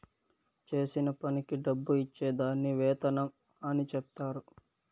చేసిన పనికి డబ్బు ఇచ్చే దాన్ని వేతనం అని చెప్తారు